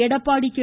Edappadi K